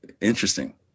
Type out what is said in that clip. interesting